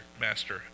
master